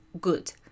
good